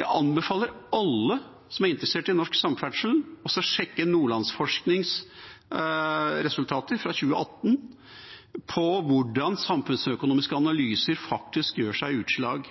Jeg anbefaler alle som er interessert i norsk samferdsel, å sjekke Nordlandsforsknings resultater fra 2018 på hvordan samfunnsøkonomiske analyser faktisk gir seg utslag.